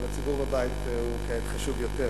אבל הציבור בבית הוא כעת חשוב יותר,